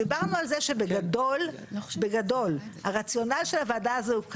דיברנו על זה שבגדול הרציונל של הוועדה הזאת הוא כזה: